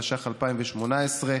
התשע"ח 2018,